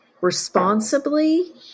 responsibly